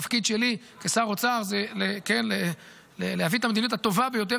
התפקיד שלי כשר אוצר זה להביא את המדיניות הטובה ביותר